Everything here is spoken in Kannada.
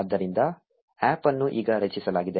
ಆದ್ದರಿಂದ APP ಅನ್ನು ಈಗ ರಚಿಸಲಾಗಿದೆ